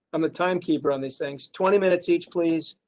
i'm a timekeeper on these things. twenty minutes. each please,